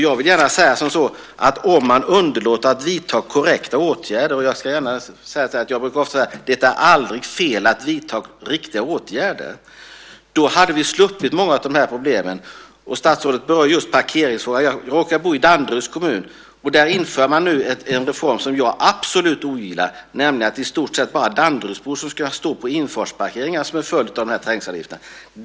Jag vill gärna säga att om man inte underlåtit att vidta korrekta åtgärder - och jag vill gärna säga att det aldrig är fel att vidta riktiga åtgärder - hade vi sluppit många av dessa problem. Statsrådet berör parkeringsfrågan. Jag råkar bo i Danderyds kommun. Där inför man nu en reform som jag absolut ogillar, nämligen att det i stort sett bara är Danderydsbor som ska stå på infartsparkeringar som en följd av trängselavgifterna.